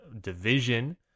division